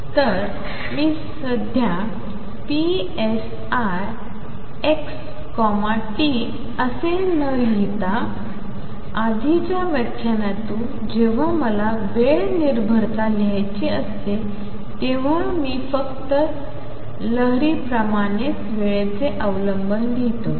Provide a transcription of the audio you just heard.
तर मी सध्या पीएसआय एक्स कॉमा टी असे न लिहिता नाही आधीच्या व्याख्यानातून जेव्हा मला वेळ निर्भरता लिहायची असते तेव्हा मी फक्त लहरी प्रमाणेच वेळेचे अवलंबन लिहितो